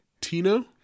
Tino